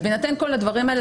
אז בהינתן כל הדברים האלה,